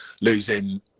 losing